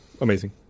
Amazing